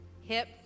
Hip